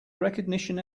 recognition